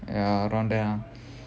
ya around there